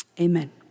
Amen